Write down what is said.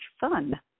fun